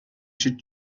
should